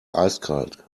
eiskalt